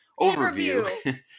overview